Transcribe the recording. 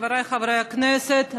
חבריי חברי הכנסת,